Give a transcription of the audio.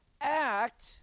act